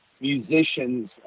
musicians